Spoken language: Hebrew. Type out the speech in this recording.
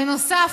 בנוסף,